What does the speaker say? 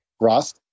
Ross